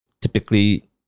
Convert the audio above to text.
typically